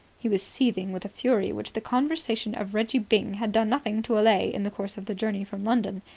he was seething with a fury which the conversation of reggie byng had done nothing to allay in the course of the journey from london.